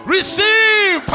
Receive